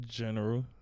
general